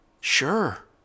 sure